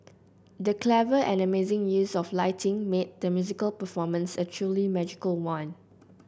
the clever and amazing use of lighting made the musical performance a truly magical one